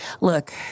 Look